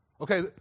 Okay